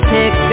Pick